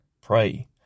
pray